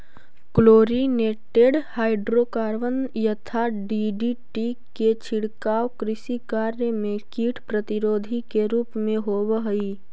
chlorinated hydrocarbon यथा DDT के छिड़काव कृषि कार्य में कीट प्रतिरोधी के रूप में होवऽ हई